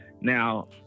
Now